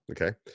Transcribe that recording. Okay